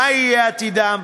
מה יהיה עתידם?